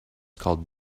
called